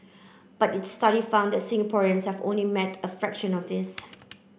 but its study found that Singaporeans have only met a fraction of this